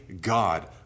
God